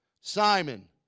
Simon